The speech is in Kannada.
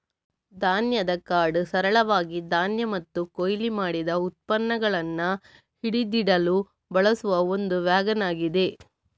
ಧಾನ್ಯದ ಕಾರ್ಟ್ ಸರಳವಾಗಿ ಧಾನ್ಯ ಮತ್ತು ಕೊಯ್ಲು ಮಾಡಿದ ಉತ್ಪನ್ನಗಳನ್ನ ಹಿಡಿದಿಡಲು ಬಳಸುವ ಒಂದು ವ್ಯಾಗನ್ ಆಗಿದೆ